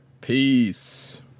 Peace